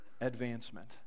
advancement